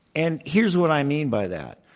and here's what i mean by that.